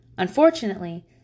Unfortunately